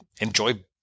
enjoy